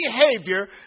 behavior